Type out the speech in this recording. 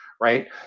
right